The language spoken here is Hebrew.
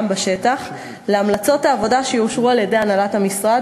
בשטח להמלצות העבודה שיאושרו על-ידי הנהלת המשרד,